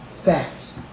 facts